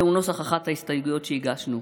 זהו נוסח אחת ההסתייגויות שהגשנו.